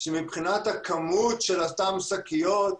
שמבחינת הכמות של אותן שקיות,